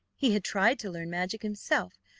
he had tried to learn magic himself,